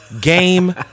game